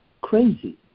crazy